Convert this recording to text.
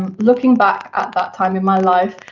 and looking back at that time in my life,